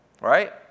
Right